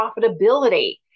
profitability